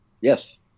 Yes